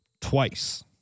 twice